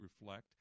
reflect